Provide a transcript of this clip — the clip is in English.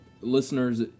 listeners